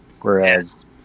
Whereas